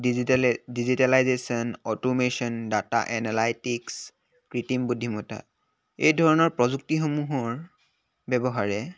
digital digitalisation automation data analytics কৃত্ৰিম বুদ্ধিমতা এই ধৰণৰ প্ৰযুক্তিসমূহৰ ব্যৱহাৰে